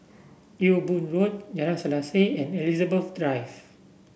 Ewe Boon Road Jalan Selaseh and Elizabeth Drive